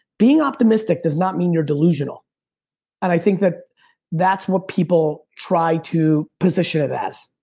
being optimistic does not mean you're delusional and i think that's that's what people try to position it as